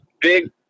big